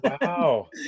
wow